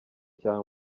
cyane